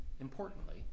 importantly